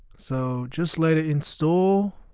so just let it install